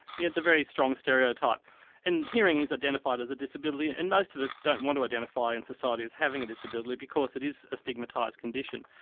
yeah, the very strong stereotype and hearing is identified as a disability and and most of us don't want to identify in society as having a disability because it is a stigmatised condition.